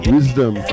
Wisdom